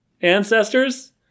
Ancestors